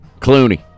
Clooney